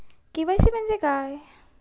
KYC म्हणजे काय?